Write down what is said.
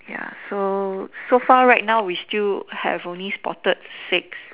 ya so so far right now we still have only spotted six